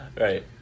Right